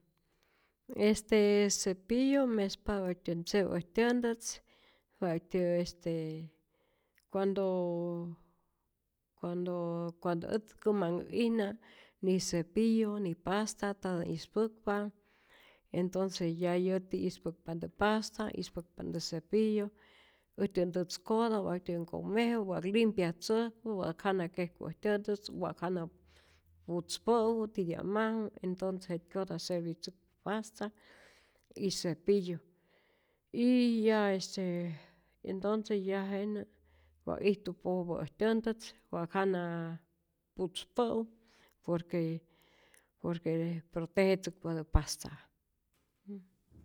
Este cepillo mespatä watyän ntze'u äjtyä ntätz, wa'tyä este cuando cuando cuando ät käma'ät'ijna ni cepillo ni pasta ntatä ispäkpa, entonce ya yäti ispäkpa'ntä pasta, ispäkpa'ntä cepillo äjtyä ntätz'kota, wa'ktyä nkomeju, wa limpyatzäjku, wa'k jana kejku äjtyä ntätz, wa'k jana putzpä'u, titya'maju entonce jetkyota servitzäkpa pasta y cepillo, y ya este entonce ya jenä wa ijtu popo äjtyä ntätz, wa'k jana pu'tzypä'u por que por que protejetzäkpatä pasta'.